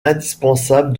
indispensable